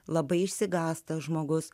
labai išsigąsta žmogus